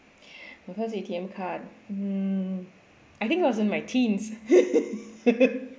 the first A_T_M card mm I think it was in my teens